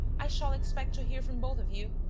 i shall expect to hear from both of you.